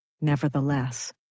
Nevertheless